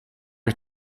ich